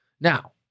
Now